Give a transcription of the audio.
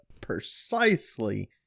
precisely